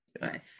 Nice